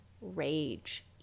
rage